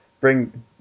bring